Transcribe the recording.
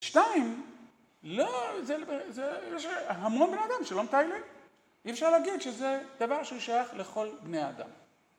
שתיים, לא, יש המון בני אדם שלא מטיילים. אי אפשר להגיד שזה דבר שהוא שייך לכל בני אדם.